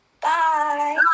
Bye